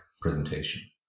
presentation